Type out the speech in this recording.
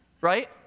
right